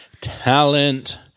talent